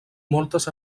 moltes